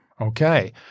Okay